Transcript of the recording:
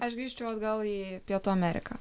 aš grįžčiau atgal į pietų ameriką